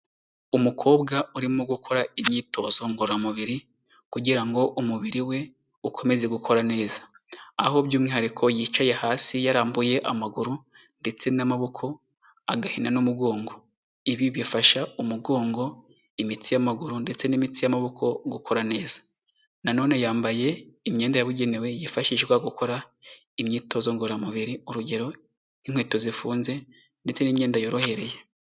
Umukobwa urimo gukora imyitozo ngororamubiri kugira ngo umubiri we ukomeze gukora neza. Aho by'umwihariko yicaye hasi yarambuye amaguru ndetse n'amaboko, agahina n'umugongo. Ibi bifasha umugongo, imitsi y'amaguru ndetse n'imitsi y'amaboko gukora neza. Na none yambaye imyenda yabugenewe yifashishwa gukora imyitozo ngororamubiri, urugero; nk'inkweto zifunze ndetse n'imyenda yorohereye.